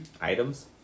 Items